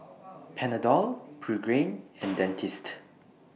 Panadol Pregain and Dentiste